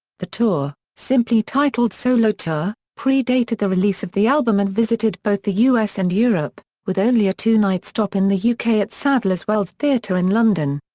the tour, simply titled solo tour, pre-dated the release of the album and visited both the us and europe, with only a two-night stop in the yeah uk at saddler's wells theatre in london.